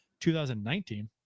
2019